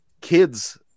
Kids